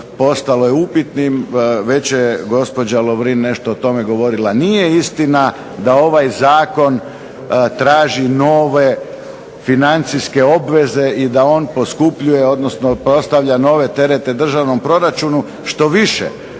postalo je upitnim, već je gospođa Lovrin nešto o tome govorila. Nije istina da ovaj zakon traži nove financijske obveze i da on poskupljuje odnosno postavlja nove terete državnom proračunu. Štoviše,